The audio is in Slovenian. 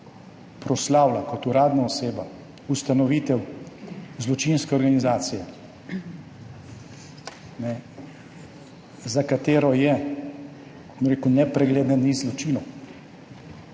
proslavlja kot uradna oseba ustanovitev zločinske organizacije, za katero je nepregleden niz zločinov